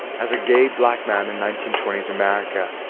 as a gay black man in nineteen twenty s america,